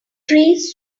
trees